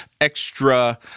extra